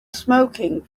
smoking